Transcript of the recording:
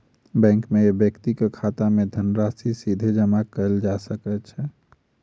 bank मे व्यक्तिक खाता मे धनराशि सीधे जमा कयल जा सकै छै